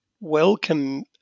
Welcome